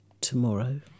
tomorrow